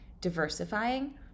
diversifying